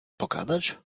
pogadać